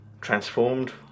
transformed